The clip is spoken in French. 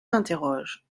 m’interroge